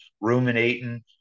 ruminating